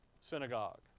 Synagogue